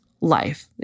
life